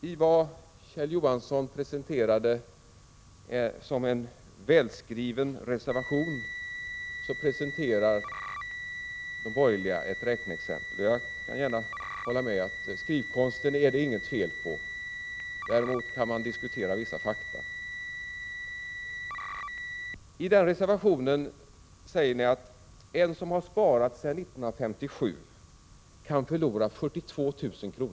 I vad Kjell Johansson presenterade som en välskriven reservation ger de borgerliga ett räkneexempel. Jag kan gärna hålla med om att skrivkonsten är det inget fel på; däremot kan man diskutera vissa fakta. I den reservationen säger ni att en person som har sparat sedan 1957 kan förlora 42 000 kr.